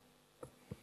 בבקשה, אדוני.